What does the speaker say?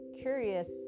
curious